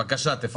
בבקשה, תפרט.